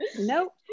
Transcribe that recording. nope